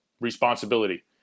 responsibility